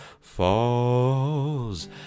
falls